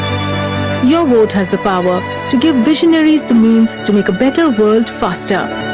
your vote has the power to give visionaries the means to make a better world, faster.